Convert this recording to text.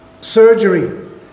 surgery